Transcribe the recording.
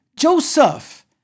Joseph